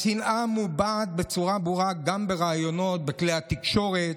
השנאה מובעת בצורה ברורה גם בראיונות בכלי התקשורת,